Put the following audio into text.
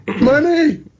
Money